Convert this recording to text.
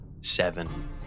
seven